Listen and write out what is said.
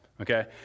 Okay